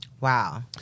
Wow